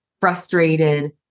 frustrated